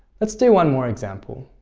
let's do one more example